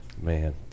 man